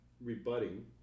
rebutting